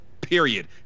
period